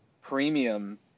premium